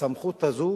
בסמכות הזאת